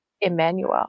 Emmanuel